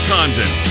Condon